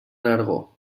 nargó